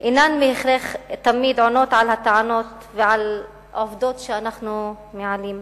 לא תמיד עונות בהכרח על הטענות ועל העובדות שאנחנו מעלים.